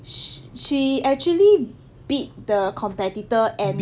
sh~ she actually beat the competitor and